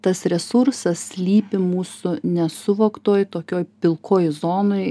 tas resursas slypi mūsų nesuvoktoj tokioj pilkoj zonoj